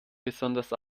besonders